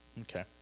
Okay